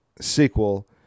sequel